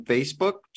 Facebook